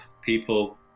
people